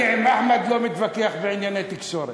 אני עם אחמד לא מתווכח בענייני תקשורת.